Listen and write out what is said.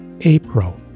April